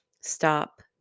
Stop